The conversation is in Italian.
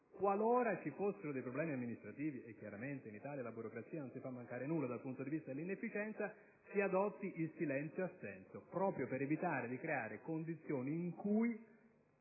Qualora vi fossero problemi amministrativi - chiaramente in Italia la burocrazia non si fa mancare nulla dal punto di vista dell'inefficienza - si adotti il silenzio-assenso, proprio per evitare di creare condizioni in cui,